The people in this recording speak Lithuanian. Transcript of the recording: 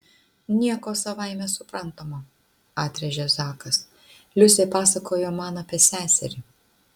nieko savaime suprantamo atrėžė zakas liusė pasakojo man apie seserį